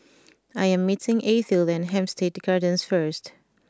I am meeting Ethyl at Hampstead Gardens first